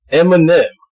Eminem